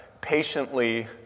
patiently